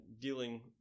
dealing